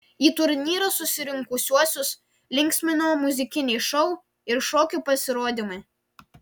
į turnyrą susirinkusiuosius linksmino muzikiniai šou ir šokių pasirodymai